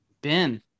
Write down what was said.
Ben